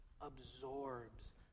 absorbs